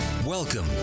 Welcome